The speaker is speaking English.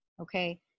okay